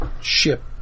ship